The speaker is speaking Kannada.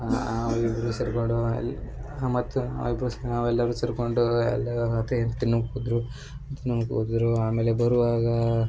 ನಾವಿಬ್ಬರು ಸೇರಿಕೊಂಡು ಎಲ್ ಹ ಮತ್ತು ನಾವಿಬ್ಬರು ಸೆ ನಾವೆಲ್ಲರೂ ಸೇರಿಕೊಂಡು ಎಲ್ಲರತೆ ತಿನ್ನುಕ್ಕೆ ಹೋದ್ರು ತಿನ್ನುಕ್ಕೆ ಹೋದುರು ಆಮೇಲೆ ಬರುವಾಗ